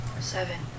Seven